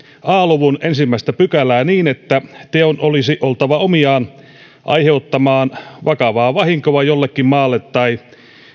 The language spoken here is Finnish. a luvun ensimmäistä pykälää niin että teon olisi oltava omiaan aiheuttamaan vakavaa vahinkoa jollekin maalle tai